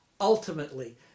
Ultimately